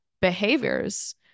behaviors